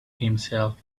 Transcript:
himself